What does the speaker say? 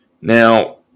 Now